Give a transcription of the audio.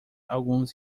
alguns